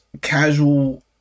casual